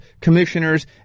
commissioners